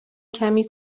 کمی